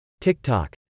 TikTok